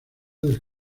del